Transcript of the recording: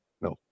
No